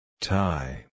Tie